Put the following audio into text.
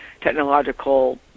technological